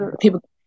people